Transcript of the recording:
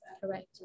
Correct